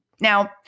Now